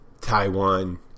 Taiwan